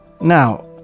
Now